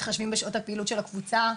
מתחשבים בשעות הפעילות של הקבוצה,